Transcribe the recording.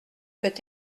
peut